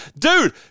dude